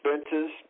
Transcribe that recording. expenses